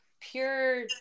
pure